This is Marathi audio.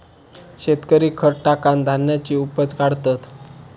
शेतकरी खत टाकान धान्याची उपज काढतत